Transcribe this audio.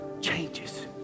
changes